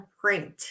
print